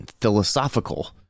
philosophical